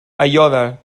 aiòder